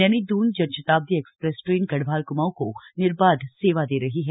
Naini Doon Janshatabdi express train Garhwal Kumaon को निर्बाध सेवा दे रही है